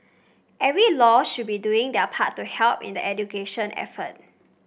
every law should be doing their part to help in the education effort